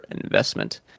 investment